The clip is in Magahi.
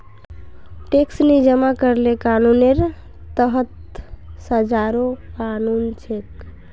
टैक्स नी जमा करले कानूनेर तहत सजारो कानून छेक